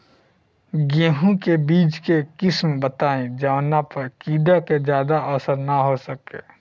गेहूं के बीज के किस्म बताई जवना पर कीड़ा के ज्यादा असर न हो सके?